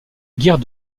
guerre